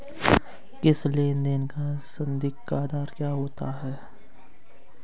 किसी लेन देन का संदिग्ध का आधार क्या हो सकता है?